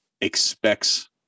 expects